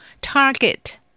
target